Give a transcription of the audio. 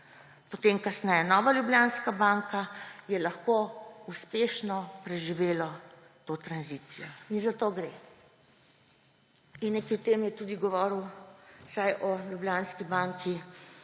potem kasneje Nova Ljubljanska banka, »lahko uspešno preživelo to tranzicijo.« In za to gre. O tem je tudi govoril, vsaj o Ljubljanski banki,